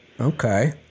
Okay